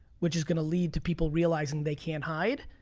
which is gonna lead to people realizing they can't hide,